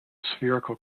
spherical